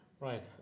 Right